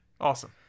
Awesome